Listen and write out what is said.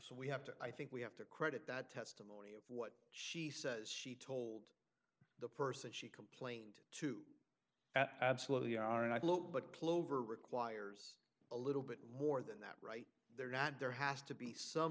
so we have to i think we have to credit that testimony of what she says she told the person she complained to absolutely are and i quote but clover requires a little bit more than that right there not there has to be some